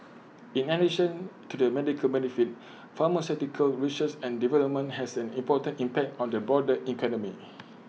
in addition to the medical benefit pharmaceutical research and development has an important impact on the broader economy